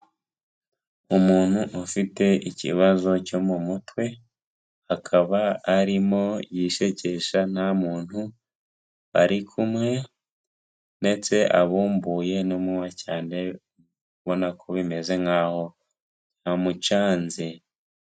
Umuntu ufite ikibazo cyo mu mutwe, akaba arimo yisekesha nta muntu bari kumwe, ndetse abumbuye n'umuywa cyane ubona ko bimeze nkaho byamucanze.